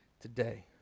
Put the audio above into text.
Today